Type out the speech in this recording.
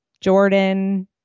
Jordan